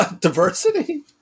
Diversity